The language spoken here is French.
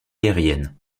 aérienne